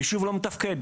היישוב לא מתפקד.